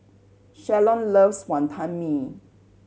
Shalon loves Wantan Mee